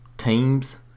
Teams